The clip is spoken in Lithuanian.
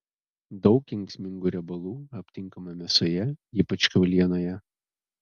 daug kenksmingų riebalų aptinkama mėsoje ypač kiaulienoje